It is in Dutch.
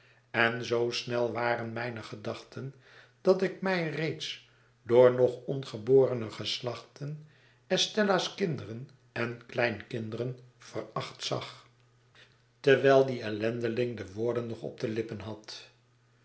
en zoo snel waren mijne gedachten dat ik mij reeds door nog ongeborene geslachten estella's kinderen en kleinkinderen veracht zag terwijl die ellendeling de woorden nog op de lippen had